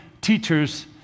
teachers